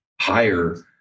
higher